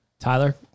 Tyler